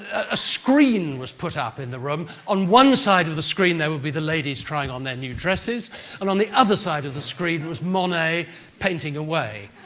ah a screen was put up in the room, on one side of the screen, there would be the ladies trying on their new dresses and on the other side of the screen was monet painting away.